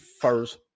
first